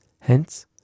Hence